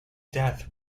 death